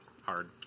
Hard